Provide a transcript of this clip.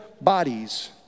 bodies